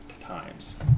times